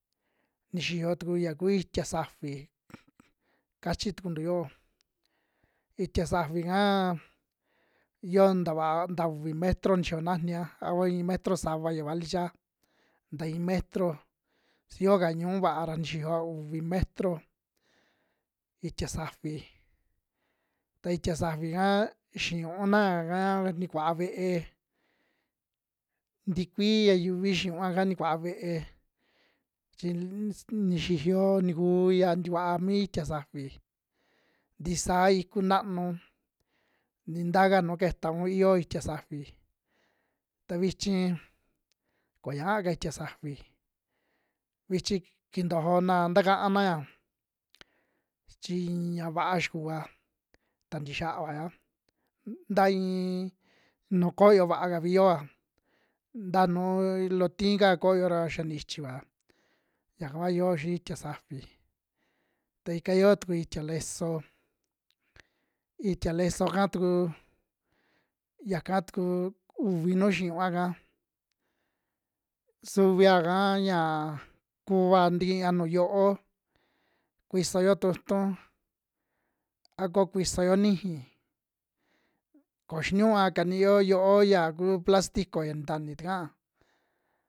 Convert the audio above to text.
Nixiyo tuku ya kuu itia safi kachi tukuntu yoo, itia safi'ka iyo nta vaa nta uvi metro ni xiyo najnia a ko iin metro sava ya vali chaa, nta iin metro su yoka ñu'u vaa ra nixiyoa uvi metro itia safi, ta itia safi'ka xiyuuna yaka nikua ve'e, tikuii ya yuvi xiniua'ka nikuaa ve'e chi ll ns nixiyo ntikuu ya ntikua mi itia safi ntisaa iku naanu ni ntaka nu ketaun iyo itia safi, ta vichi koñaaka itia safi vihi kintojona ntakana'a chin ña'a vaa xukua ta ntii xiaa vaya, nta ii iin nuu koyo vaakavi yoa, nta nuu lo tiika koyo ra xia ni ichivaa yaka kua yoo xii itia safi. Taika yoo tuku itia lesoo, itia leso'ka tuku yaka tuku uvi nu xiniua'ka, suviaka yaa kuva ntikia nuju yo'ó kuisoyo tu'utu a ko kusiyo niji, ko xiniyua kaniyo yo'ó ya ku plastico ya ntani takaa.